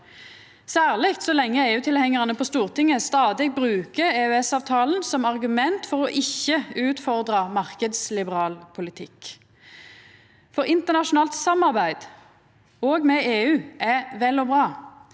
særleg så lenge EU-tilhengjarane på Stortinget stadig bruker EØS-avtalen som argument for ikkje å utfordra marknadsliberal politikk. Internasjonalt samarbeid – òg med EU – er vel og bra,